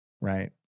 right